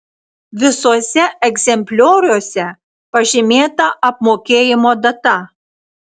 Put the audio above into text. visuose egzemplioriuose pažymėta apmokėjimo data